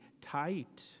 tight